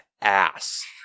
ass